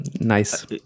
nice